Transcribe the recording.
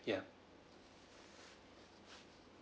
ya